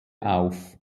auf